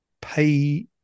pay